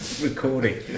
recording